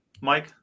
Mike